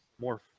more